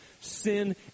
sin